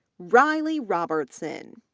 riley robertson,